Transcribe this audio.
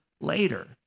later